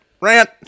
Rant